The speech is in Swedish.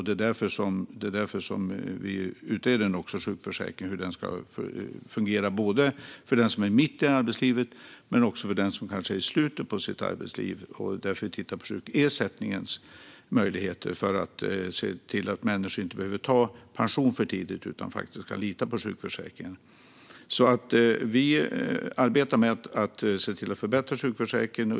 Det är därför vi utreder hur sjukförsäkringen ska fungera, både för den som är mitt i arbetslivet och för den som är i slutet av sitt arbetsliv. Det är därför vi också tittar på sjukersättningens möjligheter - för att se till att människor inte behöver gå i pension för tidigt utan faktiskt kan lita på sjukförsäkringen. Vi arbetar med att förbättra sjukförsäkringen.